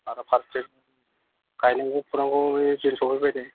आरो फारसेथिं गायनांगौ फुनांगौ दिन सफैबाय नै